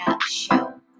show